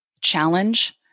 challenge